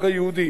רון נחמן,